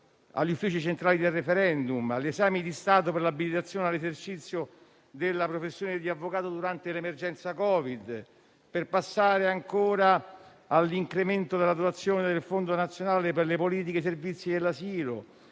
agli uffici centrali del *referendum*, agli esami di Stato per l'abilitazione all'esercizio della professione di avvocato durante l'emergenza Covid e, ancora, all'incremento della dotazione del Fondo nazionale per le politiche e i servizi dell'asilo